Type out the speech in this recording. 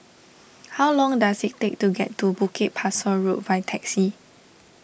how long does it take to get to Bukit Pasoh Road by taxi